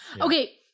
Okay